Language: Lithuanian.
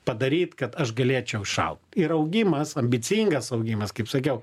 padaryt kad aš galėčiau išaugt ir augimas ambicingas augimas kaip sakiau